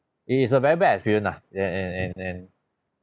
it is a very bad experience lah then and and and